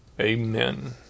Amen